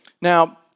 Now